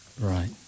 Right